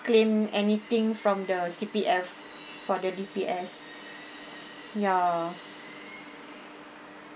claim anything from the C_P_F for the D_P_S ya